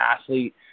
athlete